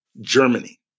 Germany